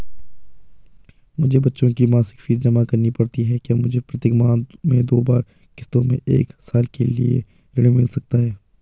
मुझे बच्चों की मासिक फीस जमा करनी पड़ती है क्या मुझे प्रत्येक माह में दो बार किश्तों में एक साल के लिए ऋण मिल सकता है?